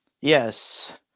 Yes